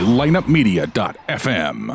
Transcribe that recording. lineupmedia.fm